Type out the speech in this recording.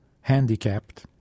handicapped